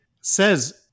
says